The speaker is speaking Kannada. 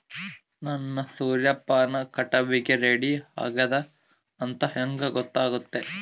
ನನ್ನ ಸೂರ್ಯಪಾನ ಕಟಾವಿಗೆ ರೆಡಿ ಆಗೇದ ಅಂತ ಹೆಂಗ ಗೊತ್ತಾಗುತ್ತೆ?